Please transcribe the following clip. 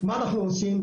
מה אנחנו עושים,